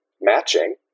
matching